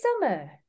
summer